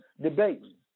debating